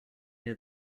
near